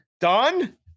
Done